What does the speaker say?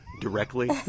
directly